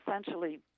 essentially